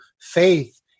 faith